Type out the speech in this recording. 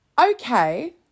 Okay